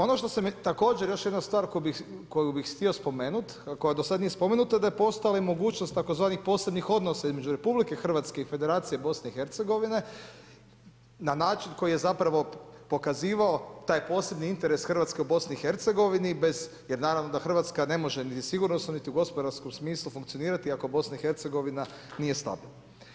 Ono što također još jedna stvar koju bih htio spomenut, koja do sada nije spomenuta, da je postojala mogućnost tzv. posebnih odnosa između RH i Federacije BiH na način koji je zapravo pokazivao taj posebni interes Hrvatske u BiH, bez jer naravno da Hrvatska ne može niti sigurnosno, niti u gospodarskom smislu funkcionirati ako BiH nije stabilna.